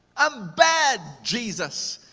i'm bad, jesus!